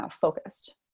focused